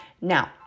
now